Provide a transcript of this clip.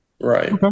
Right